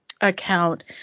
account